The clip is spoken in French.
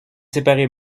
séparés